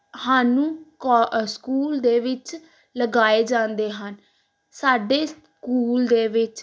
ਸਾਨੂੰ ਕੋ ਸਕੂਲ ਦੇ ਵਿੱਚ ਲਗਾਏ ਜਾਂਦੇ ਹਨ ਸਾਡੇ ਸਕੂਲ ਦੇ ਵਿੱਚ